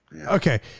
Okay